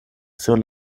sur